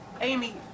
Amy